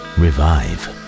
revive